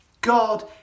god